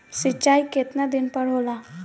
सिंचाई केतना दिन पर होला?